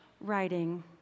writing